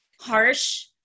harsh